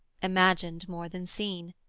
imagined more than seen,